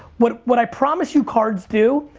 what what i promise you cards do,